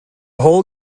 hole